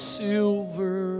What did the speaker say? silver